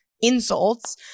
insults